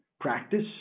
practice